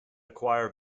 acquire